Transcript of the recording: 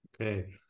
okay